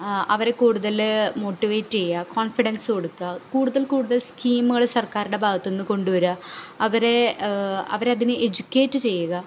അവരെ കൂടുതൽ മോട്ടിവേറ്റ് ചെയ്യുക കോൺഫിഡെൻസ് കൊടുക്കുക കൂടുതൽ കൂടുതൽ സ്കീമുകൾ സർക്കാറുടെ ഭാഗത്ത് നിന്ന് കൊണ്ടു വരിക അവരേ അവരെ അതിന് എജ്യുക്കേറ്റ് ചെയ്യുക